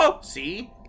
See